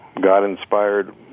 God-inspired